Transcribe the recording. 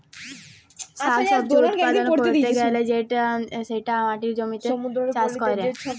শাক সবজি উৎপাদল ক্যরতে গ্যালে সেটা জমির মাটিতে চাষ ক্যরে